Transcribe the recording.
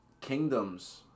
kingdoms